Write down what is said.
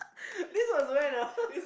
this was when ah